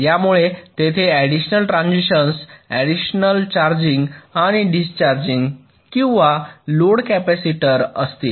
यामुळे तेथे additional transitions additional charging आणि डिस्चार्जिंग किंवा लोड कॅपेसिटर असतील